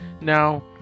Now